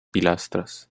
pilastras